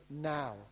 now